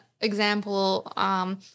example –